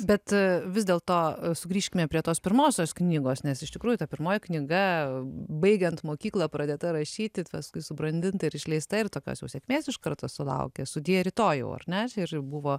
bet vis dėlto sugrįžkime prie tos pirmosios knygos nes iš tikrųjų ta pirmoji knyga baigiant mokyklą pradėta rašyti paskui subrandinta ir išleista ir tokios jau sėkmės iš karto sulaukė sudie rytojau ar ne ir buvo